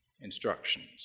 instructions